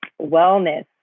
wellness